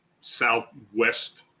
southwest